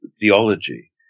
theology